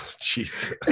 jesus